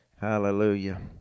Hallelujah